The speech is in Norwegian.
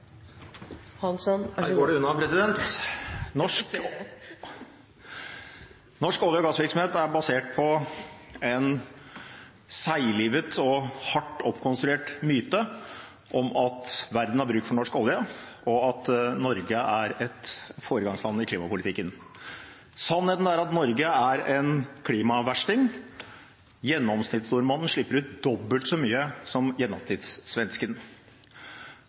basert på en seiglivet og hardt oppkonstruert myte om at verden har bruk for norsk olje, og at Norge er et foregangsland i klimapolitikken. Sannheten er at Norge er en klimaversting. Gjennomsnittsnordmannen slipper ut dobbelt så mye som